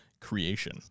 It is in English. creation